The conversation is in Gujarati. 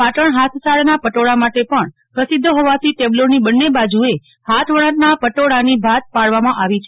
પાટણ હાથસાળનાં પટોળા માટે પણ પ્રસિદ્ધ હોવાથી ટેબ્લોની બંને બાજુએ હાથવણાટના પટોળાની ભાત પાડવામાં આવી છે